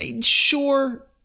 Sure